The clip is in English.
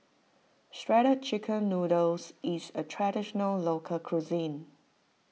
Shredded Chicken Noodles is a Traditional Local Cuisine